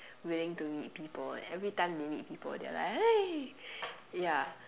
willing to meet people and every time they meet people they're like !hey! ya